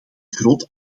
groot